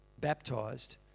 baptized